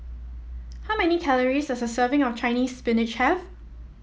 how many calories does a serving of Chinese Spinach have